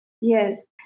Yes